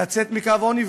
לצאת ממעגל העוני,